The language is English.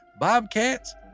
bobcats